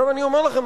אני אומר לכם,